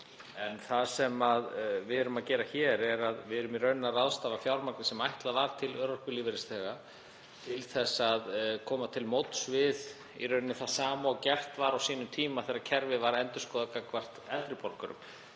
En það sem við erum að gera hér er að við erum í rauninni að ráðstafa fjármagni sem ætlað var til örorkulífeyrisþega til að koma til móts við þá og gera í rauninni það sama og gert var á sínum tíma þegar kerfið var endurskoðað gagnvart eldri borgurum.